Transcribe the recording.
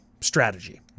strategy